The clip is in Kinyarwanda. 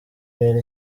rero